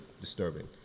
disturbing